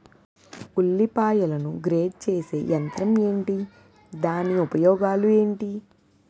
ఉల్లిపాయలను గ్రేడ్ చేసే యంత్రం ఏంటి? దాని ఉపయోగాలు ఏంటి?